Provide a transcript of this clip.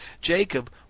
Jacob